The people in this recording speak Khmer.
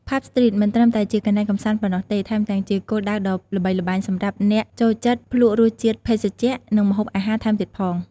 ផាប់ ស្ទ្រីត មិនត្រឹមតែជាកន្លែងកម្សាន្តប៉ុណ្ណោះទេ ថែមទាំងជាគោលដៅដ៏ល្បីល្បាញសម្រាប់អ្នកចូលចិត្តភ្លក្សរសជាតិភេសជ្ជៈ និងម្ហូបអាហារថែមទៀតផង។